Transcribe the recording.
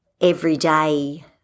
everyday